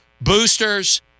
Boosters